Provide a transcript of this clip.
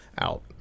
out